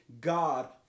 God